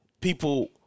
people